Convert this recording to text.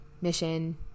mission